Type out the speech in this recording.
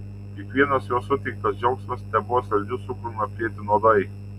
kiekvienas jo suteiktas džiaugsmas tebuvo saldžiu cukrumi aplieti nuodai